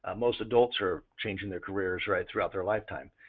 ah most adults are changing their careers right, throughout their life time.